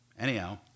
Anyhow